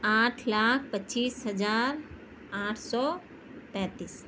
آٹھ لاکھ پچیس ہزار آٹھ سو پینتیس